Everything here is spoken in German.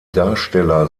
darsteller